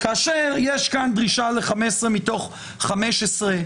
כאשר יש כאן דרישה ל-15 מתוך 15,